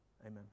Amen